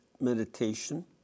meditation